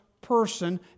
person